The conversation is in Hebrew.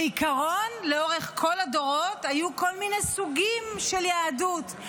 בעיקרון לאורך כל הדורות היו כל מיני סוגים של יהדות,